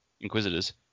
Inquisitors